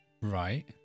Right